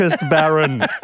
baron